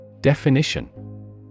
Definition